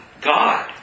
God